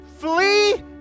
flee